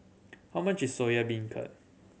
how much is Soya Beancurd